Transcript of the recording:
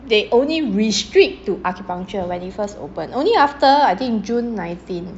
they only restrict to acupuncture when it first opened only after I think june nineteen